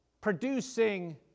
producing